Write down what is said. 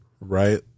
right